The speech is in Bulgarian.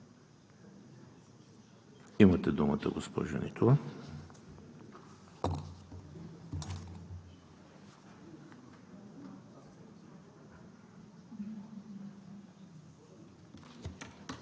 Имате думата, госпожо Нитова.